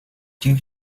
due